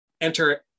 enter